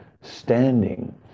standing